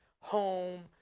home